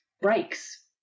breaks